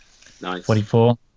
44